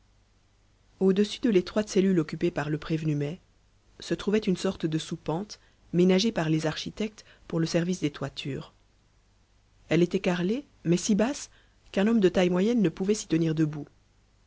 au-dessus de l'étroite cellule occupée par le prévenu mai se trouvait une sorte de soupente ménagée par les architectes pour le service des toitures elle était carrelée mais si basse qu'un homme de taille moyenne ne pouvait s'y tenir debout